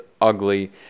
ugly